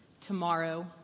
Tomorrow